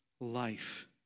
life